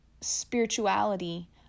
spirituality